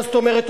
מה זאת אומרת,